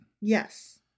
Yes